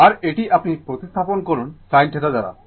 আর এইটি আপনি প্রতিস্থাপন করুন sin θ দ্বারা